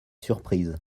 surprise